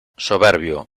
soberbio